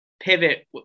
pivot